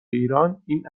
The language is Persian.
ایران، این